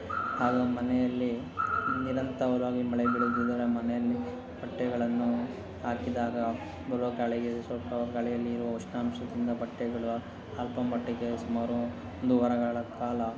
ಹಾಗು ಮನೆಯಲ್ಲಿ ನಿರಂತರವಾಗಿ ಮಳೆ ಬೀಳುತ್ತಿದ್ದರೆ ಮನೆಯಲ್ಲಿ ಬಟ್ಟೆಗಳನ್ನು ಹಾಕಿದಾಗ ಬರೋ ಗಾಳಿಗೆ ಸ್ವಲ್ಪ ಗಾಳಿಯಲ್ಲಿರುವ ಉಷ್ಣಾಂಶದಿಂದ ಬಟ್ಟೆಗಳು ಅಲ್ಪ ಮಟ್ಟಿಗೆ ಸುಮಾರು ಒಂದು ವಾರಗಳ ಕಾಲ